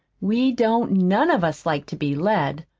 we don't none of us like to be led,